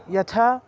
यथा